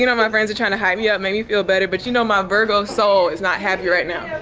you know my friends are trying to hide me up, made me feel better, but you know, my virgo soul is not happy right now.